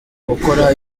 gukora